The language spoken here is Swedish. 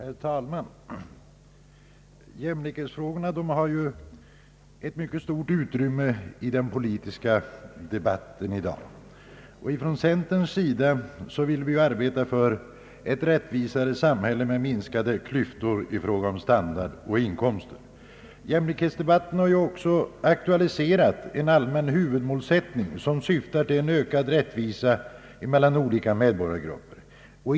Herr talman! Jämlikhetsfrågorna har ju ett mycket stort utrymme i den politiska debatten i dag. Från centerns sida vill vi arbeta för ett rättvisare samhälle med minskade klyftor i fråga om standard och inkomster. Jämlikhetsdebatten har också aktualiserat en allmän huvudmålsättning som syftar till en ökad rättvisa mellan olika medborgargrupper.